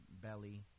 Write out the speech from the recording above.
Belly